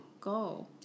go